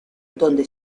donde